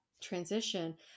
transition